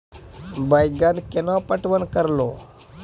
बैंगन केना पटवन करऽ लो?